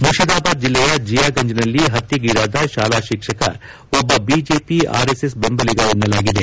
ಮುಷಿದಾಬಾದ್ ಜಿಲ್ಲೆಯ ಜಿಯಾಗಂಜ್ನಲ್ಲಿ ಹತ್ನೆಗೀಡಾದ ಶಾಲಾ ಶಿಕ್ಷಕ ಒಬ್ಲ ಬಿಜೆಪಿ ಆರ್ಎಸ್ಎಸ್ ಬೆಂಬಲಿಗ ಎನ್ನಲಾಗಿದೆ